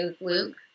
Luke